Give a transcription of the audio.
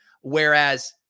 Whereas